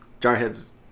Jarhead's